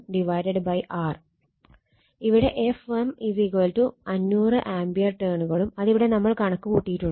ഇവിടെ f m 500 ampere ടേണുകളും അതിവിടെ നമ്മൾ കണക്ക് കൂട്ടിയിട്ടുണ്ട്